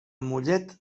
mollet